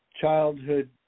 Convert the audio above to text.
childhood